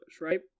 right